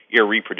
irreproducible